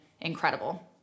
incredible